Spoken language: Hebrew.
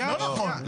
לא נכון.